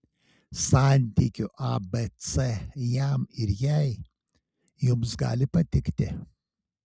santykių abc jam ir jai jums gali patikti